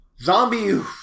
Zombie